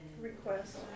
Request